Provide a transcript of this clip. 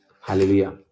Hallelujah